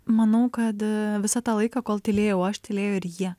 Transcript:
manau kad visą tą laiką kol tylėjau aš tylėjo ir jie